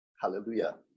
hallelujah